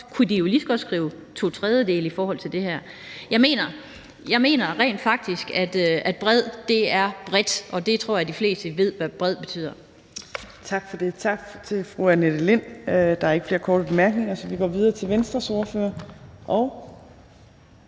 kunne de jo lige så godt skrive to tredjedele i forhold til det her. Jeg mener rent faktisk, at bred er bredt, og jeg tror, at de fleste ved, hvad bred betyder. Kl. 14:02 Tredje næstformand (Trine Torp): Tak for det. Tak til fru Annette Lind. Der er ikke flere korte bemærkninger, så vi går videre til Venstres ordfører,